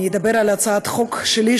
אני אדבר על הצעת החוק שלי,